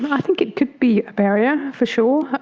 but i think it could be a barrier, for sure,